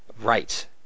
Right